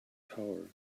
tower